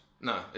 No